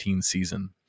season